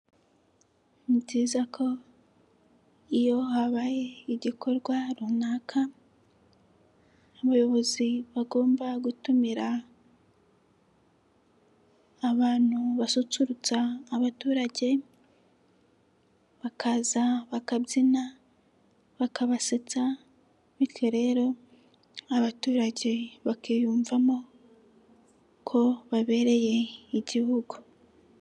Ni byiza ko iyo habaye igikorwa runaka abayobozi bagomba gutumira abantu basusurutsa abaturage, bakaza bakabyina, bakabasetsa bityo rero abaturage bakiyumvamo ko babereye igihugu.